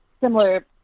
similar